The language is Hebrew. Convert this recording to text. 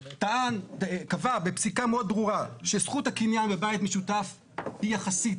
קבע בפסיקה מאוד ברורה שזכות הקניין בבית משותף היא יחסית.